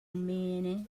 many